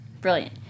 Brilliant